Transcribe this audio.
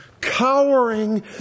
cowering